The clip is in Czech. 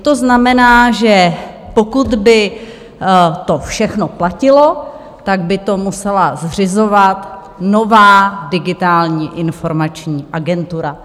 To znamená, že pokud by to všechno platilo, tak by to musela zřizovat nová Digitální informační agentura.